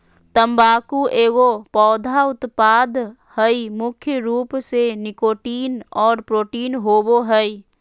तम्बाकू एगो पौधा उत्पाद हइ मुख्य रूप से निकोटीन और प्रोटीन होबो हइ